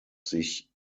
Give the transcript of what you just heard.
sich